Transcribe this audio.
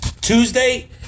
Tuesday